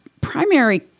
primary